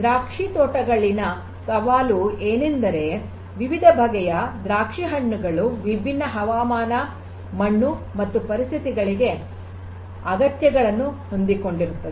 ದ್ರಾಕ್ಷಿ ತೋಟಗಳಲ್ಲಿನ ಸವಾಲು ಏನೆಂದರೆ ವಿವಿಧ ಬಗೆಯ ದ್ರಾಕ್ಷಿ ಹಣ್ಣುಗಳು ವಿಭಿನ್ನ ಹವಾಮಾನ ಮಣ್ಣು ಮತ್ತು ಪರಿಸ್ಥಿತಿಗಳಿಗೆ ಅಗತ್ಯತೆಗಳನ್ನು ಹೊಂದಿರುತ್ತವೆ